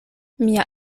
mia